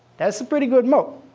that's a pretty good moat.